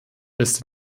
ist